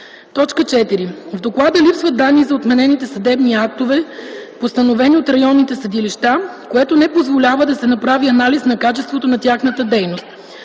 актове. 4. В доклада липсват данни за отменените съдебни актове, постановени от районните съдилища, което не позволява да се направи анализ на качеството на тяхната дейност.